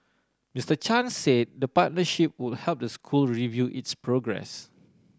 Mister Chan say the partnership would help the school review its progress